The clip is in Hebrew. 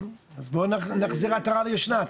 בוא נחזיר עטרה ליושנה.